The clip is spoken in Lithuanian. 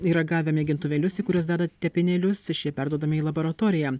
yra gavę mėgintuvėlius į kuriuos deda tepinėlius ir šie perduodami į laboratoriją